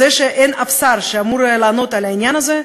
זה שאין אף שר שאמור לענות על העניין הזה,